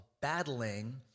battling